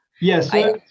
Yes